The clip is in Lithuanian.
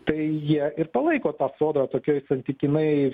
tai jie ir palaiko tą sodrą tokioje santykinai